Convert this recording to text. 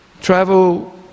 travel